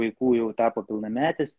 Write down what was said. vaikų jau tapo pilnametis